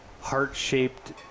heart-shaped